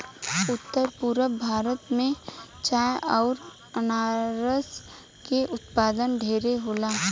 उत्तर पूरब भारत में चाय अउर अनारस के उत्पाद ढेरे होला